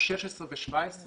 הוא ל-2016 ו-2017.